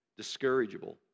discourageable